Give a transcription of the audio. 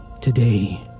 Today